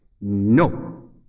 no